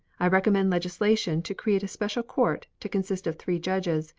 i recommend legislation to create a special court, to consist of three judges,